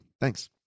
Thanks